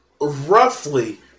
roughly